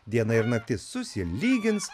diena ir naktis susilygins